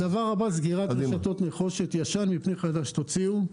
הדבר הבא הוא סגירת רשתות נחושת ישן מפני חדש תוציאו.